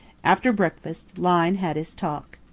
after breakfast, lyne had his talk.